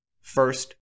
First